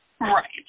Right